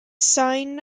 sign